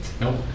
Nope